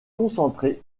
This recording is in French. concentrer